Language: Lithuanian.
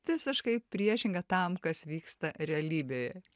visiškai priešinga tam kas vyksta realybėje